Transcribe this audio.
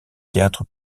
théâtre